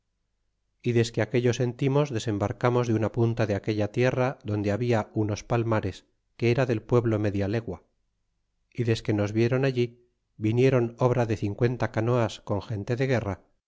y desque aquello sentimos desembarcamos de una punta de aquella tierra donde habla unos palmares que era del pueblo media legua y desque nos vieron allí vinieron obra de cincuenta canoas con gente de guerra